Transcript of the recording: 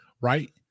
right